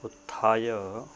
उत्थाय